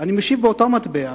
אני משיב באותו המטבע,